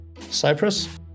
Cyprus